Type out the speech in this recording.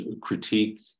critique